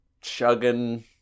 chugging